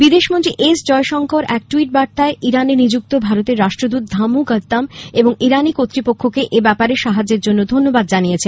বিদেশমন্ত্রী এস জয়শঙ্কর এক ট্যুইট বার্তায় ইরানে নিযুক্ত ভারতের রাষ্ট্রদূত ধামু গদ্দাম এবং ইরানী কর্তৃপক্ষকে এব্যাপারে সাহায্যের জন্য ধন্যবাদ জানিয়েছেন